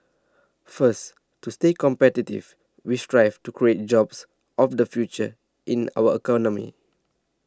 first to stay competitive we strive to create jobs of the future in our economy